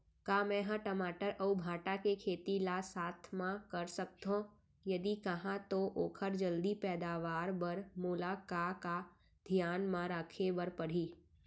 का मै ह टमाटर अऊ भांटा के खेती ला साथ मा कर सकथो, यदि कहाँ तो ओखर जलदी पैदावार बर मोला का का धियान मा रखे बर परही?